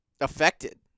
affected